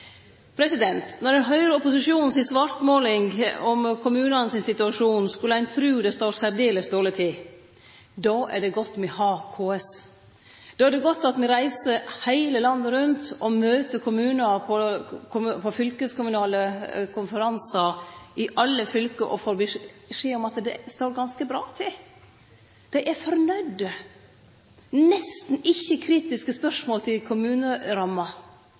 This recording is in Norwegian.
Når ein høyrer opposisjonen si svartmåling av kommunane sin situasjon, skulle ein tru det står særdeles dårleg til. Då er det godt me har KS. Då er det godt at me reiser heile landet rundt og møter kommunar på fylkeskommunale konferansar i alle fylke og får beskjed om at det står ganske bra til. Dei er fornøgde – det er nesten ikkje kritiske spørsmål til kommuneramma.